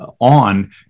on